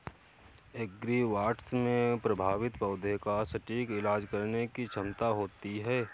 agribots में प्रभावित पौधे का सटीक इलाज करने की क्षमता होती है